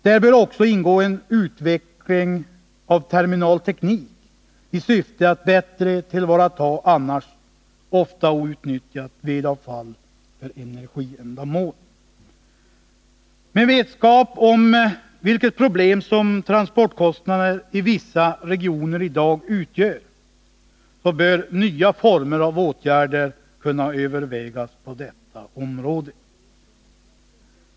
Där bör också ingå en utveckling av terminalteknik i syfte att bättre tillvarata annars ofta outnyttjat vedavfall för energiändamål. Med vetskap om vilket problem som transportkostnaderna i vissa regioner i dag utgör, bör nya former av åtgärder kunna övervägas på detta område.